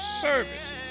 services